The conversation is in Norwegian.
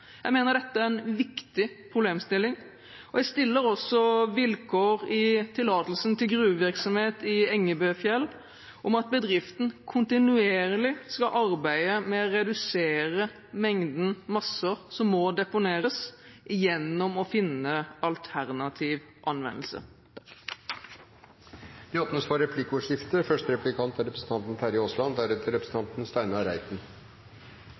Jeg mener dette er en viktig problemstilling. Jeg stiller også vilkår i tillatelsen til gruvevirksomhet i Engebøfjell om at bedriften kontinuerlig skal arbeide med å redusere mengden masser som må deponeres, gjennom å finne alternativ anvendelse. Det blir replikkordskifte. Jeg er glad for